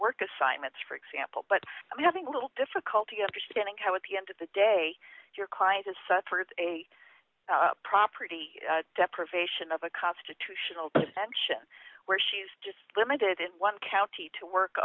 work assignments for example but i'm having a little difficulty understanding how at the end of the day your client has suffered a property deprivation of a constitutional convention where she's just limited in one county to work